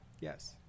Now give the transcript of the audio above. yes